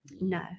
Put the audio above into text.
No